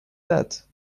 that